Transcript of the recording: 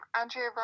Andrea